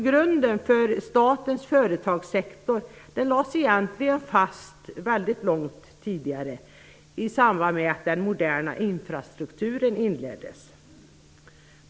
Grunden för statens företagssektor lades fast långt tidigare - i samband med att uppbyggnaden av den moderna infrastrukturen inleddes.